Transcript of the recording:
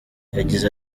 yagize